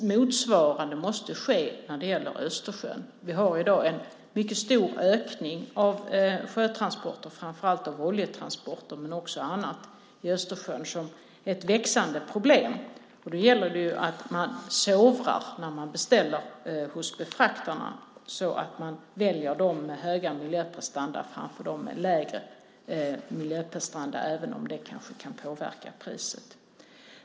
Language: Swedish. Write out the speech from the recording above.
Motsvarande måste ske när det gäller Östersjön. Vi har i dag en mycket stor ökning av sjötransporter, framför allt av oljetransporter men också annat, i Östersjön. Det är ett växande problem. Då gäller det att man sovrar när man beställer hos befraktarna, så att man väljer dem med hög miljöprestanda framför dem med lägre miljöprestanda, även om det kanske kan påverka priset.